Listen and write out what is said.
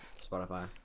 Spotify